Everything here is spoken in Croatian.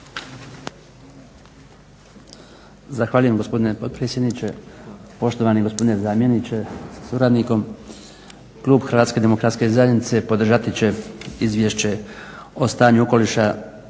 Zahvaljujem gospodine potpredsjedniče, poštovani gospodine zamjeniče sa suradnikom. Klub HDZ-a podržati će Izvješće o stanju okoliša